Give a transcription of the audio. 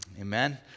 amen